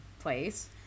place